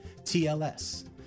TLS